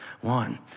One